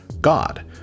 God